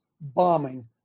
bombing